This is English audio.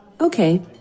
Okay